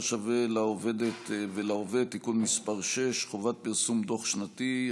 שווה לעובדת ולעובד (תיקון מס' 6) (חובת פרסום דוח שנתי),